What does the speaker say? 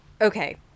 okay